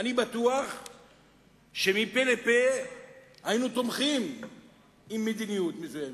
אני בטוח שמפה לפה היינו תומכים במדיניות מסוימת,